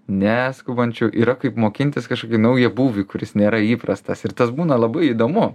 neskubančiu yra kaip mokintis kažkokį naują būvį kuris nėra įprastas ir tas būna labai įdomu